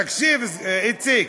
תקשיב, איציק,